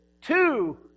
two